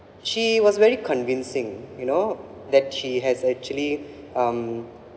she was very convincing you know that she has actually um